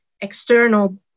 external